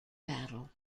battle